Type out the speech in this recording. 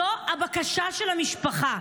זו הבקשה של המשפחה.